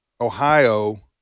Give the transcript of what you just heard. Ohio